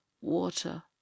water